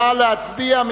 נא להצביע.